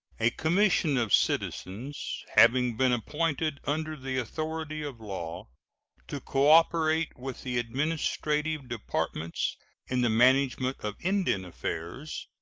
a commission of citizens having been appointed under the authority of law to cooperate with the administrative departments in the management of indian affairs,